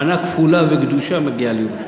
מנה כפולה וגדושה מגיעה לירושלים,